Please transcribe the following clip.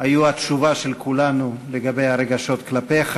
היו התשובה של כולנו לגבי הרגשות כלפיך,